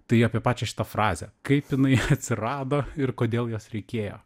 tai apie pačią šitą frazę kaip jinai atsirado ir kodėl jos reikėjo